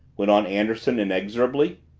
went on anderson inexorably.